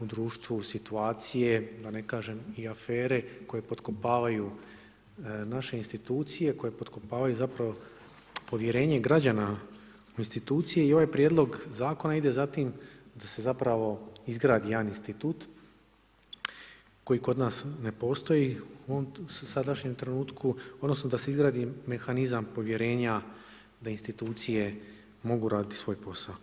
u društvu situacije, da ne kažem i afere koje potkopavaju naše institucije, koje potkopavaju povjerenje građana u institucije i ovaj prijedlog zakona ide za tim da se zapravo izgradi jedan institut koji kod nas ne postoji u ovom sadašnjem trenutku, odnosno da se izradi mehanizam povjerenja da institucije mogu raditi svoj posao.